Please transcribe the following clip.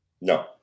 no